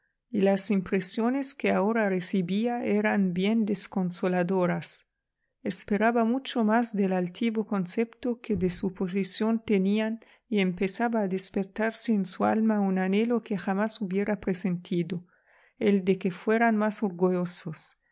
y las impresiones que ahora recibía eran bien desconsoladoras esperaba mucho más del altivo concepto que de su posición tenían y empezaba a despertarse en su alma un anhelo que jamás hubiera presentido el de que fueran más orgullosos